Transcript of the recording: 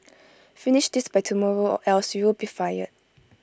finish this by tomorrow or else you'll be fired